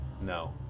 No